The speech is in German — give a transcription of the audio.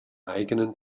eigenen